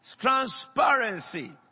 Transparency